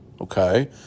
okay